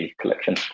collection